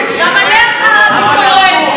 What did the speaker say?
גם עליה חלה ביקורת.